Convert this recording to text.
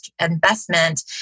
investment